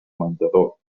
menjador